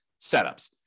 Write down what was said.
setups